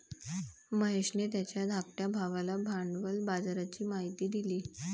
महेशने त्याच्या धाकट्या भावाला भांडवल बाजाराची माहिती दिली